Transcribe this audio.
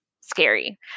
scary